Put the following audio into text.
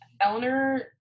Eleanor